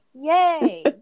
Yay